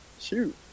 Shoot